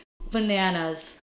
bananas